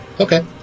okay